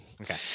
Okay